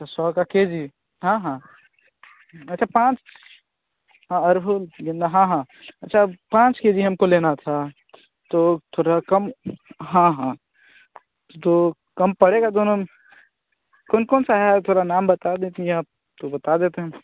तो सौ का के जी हाँ हाँ अच्छा पाँच हाँ अढ़उल गेंदा हाँ हाँ अच्छा पाँच के जी हमको लेना था तो थोड़ा कम हाँ हाँ तो कम पड़ेगा दोनों कौन कौन सा है और थोड़ा नाम बता देती आप तो बता देते हम